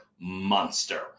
monster